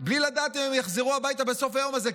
בלי לדעת אם הם יחזרו הביתה בסוף היום הזה,